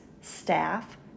staff